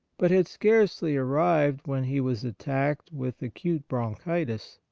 but had scarcely arrived when he was attacked with acute bron chitis.